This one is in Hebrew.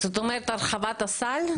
זאת אומרת הרחבת הסל?